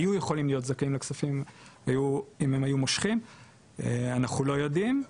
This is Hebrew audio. היו יכולים להיות זכאים אם הם היו מושכים אנחנו לא יודעים,